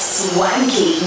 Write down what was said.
swanky